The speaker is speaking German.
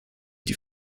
die